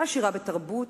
עשירה בתרבות,